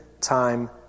time